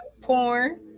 Porn